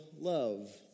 love